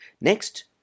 Next